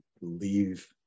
leave